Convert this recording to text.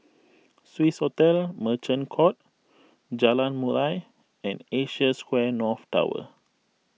Swissotel Merchant Court Jalan Murai and Asia Square North Tower